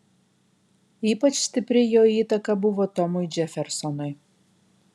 ypač stipri jo įtaka buvo tomui džefersonui